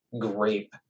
grape